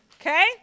okay